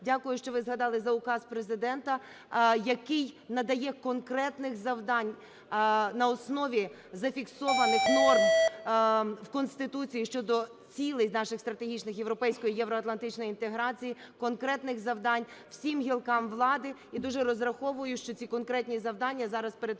Дякую, що ви загадали за указ Президента, який надає конкретних завдань на основі зафіксованих норм в Конституції щодо цілей наших стратегічних - європейської і євроатлантичної інтеграції, конкретних завдань всім гілкам влади. І дуже розраховую, що ці конкретні завдання зараз перетворяться